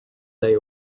they